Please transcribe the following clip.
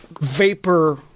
vapor